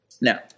Now